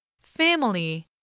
Family